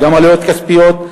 גם עלויות כספיות,